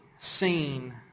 seen